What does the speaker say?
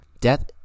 Death